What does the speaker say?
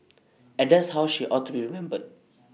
and that's how she ought to be remembered